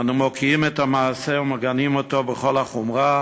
אנו מוקיעים את המעשה ומגנים אותו בכל החומרה,